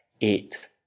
eight